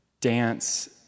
dance